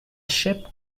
ship